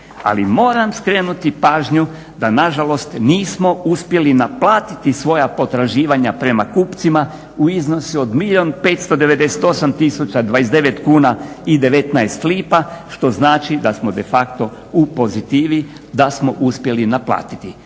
Ali moram skrenuti pažnju da nažalost nismo uspjeli naplatiti svoja potraživanja prema kupcima u iznosu od milijun 598 tisuća 29 kuna i 19 lipa što znači da smo de facto u pozitivi, da smo uspjeli naplatiti.